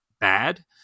bad